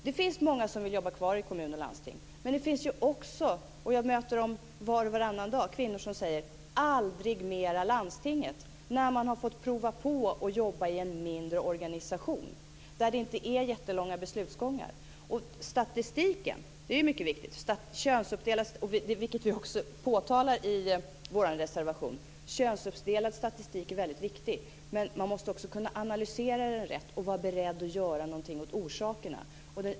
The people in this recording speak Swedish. Det är många som vill jobba kvar i kommuner och landsting, men det finns också kvinnor - jag möter dem var och varannan dag - som säger "aldrig mera landstinget". Det är de som har fått prova på att jobba i en mindre organisation, där det inte är jättelånga beslutsgångar. Könsuppdelad statistik är viktig, som vi påpekar i vår reservation, men man måste också kunna analysera den rätt och vara beredd att göra någonting åt orsakerna.